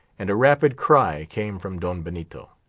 and a rapid cry came from don benito.